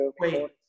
Wait